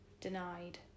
denied